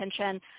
attention